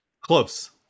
Close